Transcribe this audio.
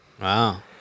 Wow